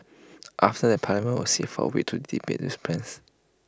after that parliament will sit for A week to debate these plans